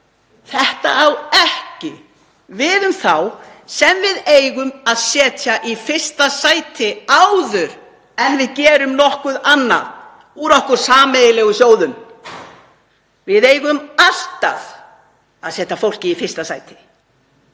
Þetta á ekki við um þá sem við eigum að setja í fyrsta sæti áður en við gerum nokkuð annað úr okkar sameiginlegu sjóðum. Við eigum alltaf að setja fólkið í fyrsta sæti.